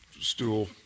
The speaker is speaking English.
stool